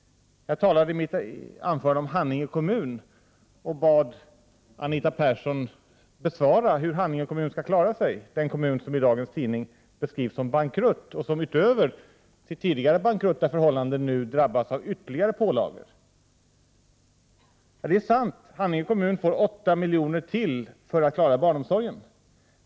Jag talade i mitt anförande om Haninge kommun, och jag frågade Anita Persson hur Haninge kommun skall klara sig, dvs. den kommun som i dagens tidning beskrivs som bankrutt och som utöver sitt tidigare bankrutta förhållande nu drabbas av ytterligare pålagor. Det är sant att Haninge kommun får ytterligare 8 milj.kr. för att klara barnomsorgen.